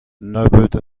nebeut